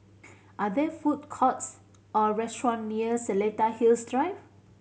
are there food courts or restaurant near Seletar Hills Drive